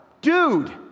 Dude